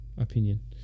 opinion